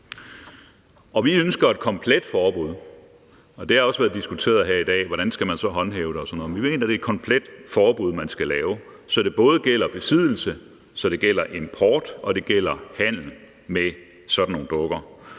Vi ønsker et komplet forbud. Det har også været diskuteret her i dag, hvordan man så skal håndhæve det og sådan noget, men vi mener, det er et komplet forbud, man skal lave, så det både gælder besiddelse, så det gælder import, og så det